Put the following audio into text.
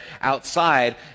outside